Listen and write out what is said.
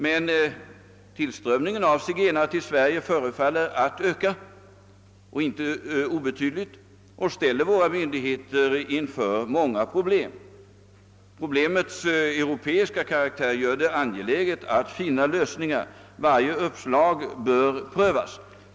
Men tillströmningen av zigenare till Sverige förefaller att öka inte obetydligt, vilket ställer våra myndigheter inför många besvärligheter. Problemets europeiska karaktär gör det angeläget att finna lösningar; varje uppslag bör prövas.